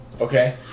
Okay